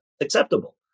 acceptable